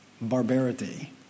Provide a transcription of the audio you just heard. Barbarity